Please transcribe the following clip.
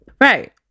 Right